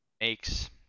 makes